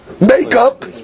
makeup